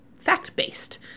fact-based